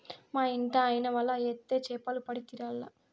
మా ఇంటాయన వల ఏత్తే చేపలు పడి తీరాల్ల